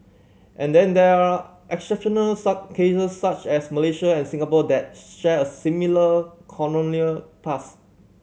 and then there are exceptional such cases such as Malaysia and Singapore that share a similar colonial past